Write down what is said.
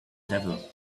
devil